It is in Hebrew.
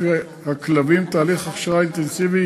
הכלבים עוברים תהליך הכשרה אינטנסיבי